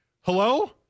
Hello